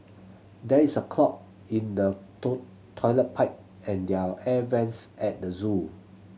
there is a clog in the toe toilet pipe and their air vents at the zoo